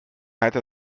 hatte